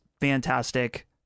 fantastic